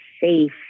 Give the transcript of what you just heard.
safe